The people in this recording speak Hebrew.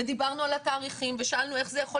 ודיברנו על התאריכים ושאלנו איך זה יכול